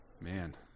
Man